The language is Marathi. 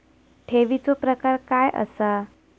ठेवीचो प्रकार काय असा?